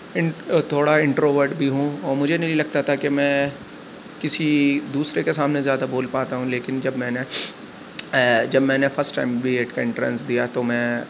int تھوڑا introvert بھی اور مجھے نہیں لگتا تھا کہ میں کسی دوسرے کے سامنے زیادہ بول پاتا ہوں لیکن جب میں نے آ جب میں نے فرسٹ ٹائم بی ایڈ کا انٹرنس دیا تو میں